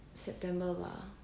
september 吧